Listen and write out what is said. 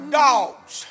dogs